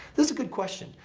this is a good question.